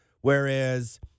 whereas